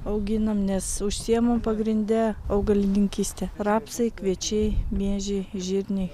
auginam nes užsiimam pagrinde augalininkyste rapsai kviečiai miežiai žirniai